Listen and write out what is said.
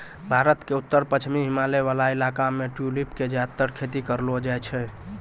भारत के उत्तर पश्चिमी हिमालय वाला इलाका मॅ ट्यूलिप के ज्यादातर खेती करलो जाय छै